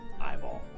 eyeball